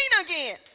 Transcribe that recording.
again